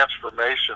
transformation